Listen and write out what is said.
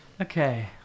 Okay